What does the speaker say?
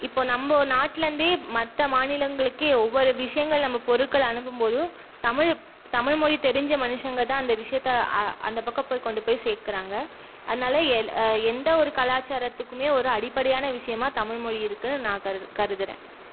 இப்போது நம்ம நாட்லேருந்தே மற்ற மாநிலங்களுக்கே ஒவ்வொரு விஷயங்களை நம்ம பொருட்களை அனுப்பும்போதும் தமிழ் தமிழ் மொழி தெரிஞ்ச மனுஷங்கள்தான் அந்த விஷயத்தை அந்த பக்கம் போய் கொண்டு போய் சேர்க்குறாங்க அதனால எந்த ஒரு கலாச்சாரத்துக்குமே ஒரு அடிப்படையான விஷயமாக தமிழ் மொழி இருக்குதுன்னு நான் கருதுகிறேன்